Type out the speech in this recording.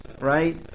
right